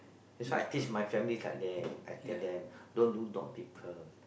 that's why I teach my family like that I tell them don't look down on people